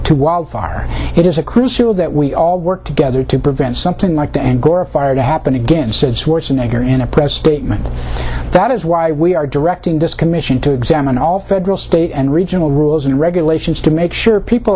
to wildfire it is a crucial that we all work together to prevent something like the angora fire to happen again said schwarzenegger in a press statement that is why we are directing this commission to examine all federal state and regional rules and regulations to make sure people